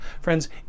Friends